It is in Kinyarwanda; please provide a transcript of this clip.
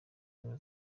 ubumwe